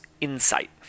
insight